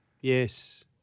Yes